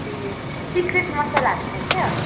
ए secret मसालाहरू छ क्या हो